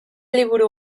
liburu